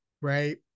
right